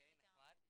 אוקיי, נחמד.